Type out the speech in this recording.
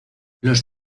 los